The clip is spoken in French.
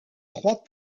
trois